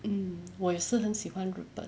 mm 我也是很喜欢日本